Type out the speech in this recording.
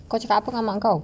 kau cakap apa dengan mak kau